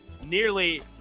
nearly